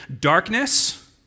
Darkness